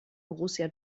borussia